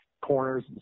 corners